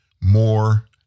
more